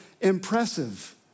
impressive